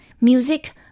music